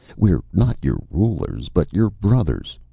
we're not your rulers, but your brothers.